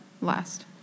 last